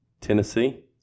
Tennessee